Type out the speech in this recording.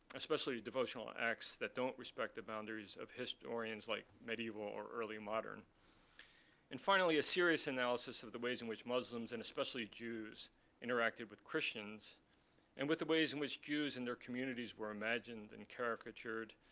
especially devotional acts that don't respect the boundaries of historians like medieval or early modern and finally, a serious analysis of the ways in which muslims and especially jews interacted with christians and with the ways in which jews and their communities were imagined and caricatured,